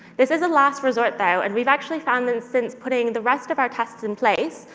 this is a last resort, though, and we've actually found that, since putting the rest of our tests in place,